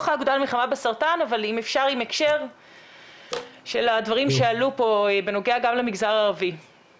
יש עוד עסקים שאינם נדרשים ברישיון עסק?